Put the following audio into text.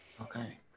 Okay